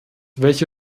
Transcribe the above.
welche